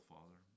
Father